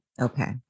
Okay